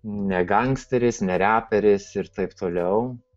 ne gangsteris ne reperis ir taip toliau